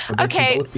okay